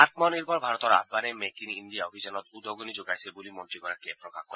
আমনিৰ্ভৰ ভাৰতৰ আয়ানে মেক ইন ইণ্ডিয়া অভিযানত উদগনি যোগাইছে বুলি মন্ত্ৰীগৰাকীয়ে প্ৰকাশ কৰে